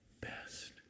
best